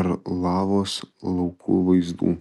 ar lavos laukų vaizdų